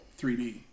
3D